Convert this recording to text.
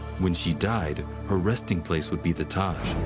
when she died her resting place would be the taj.